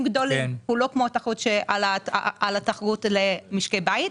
גדולים היא לא כמו התחרות על הפיקדונות למשקי בית.